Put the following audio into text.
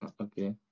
Okay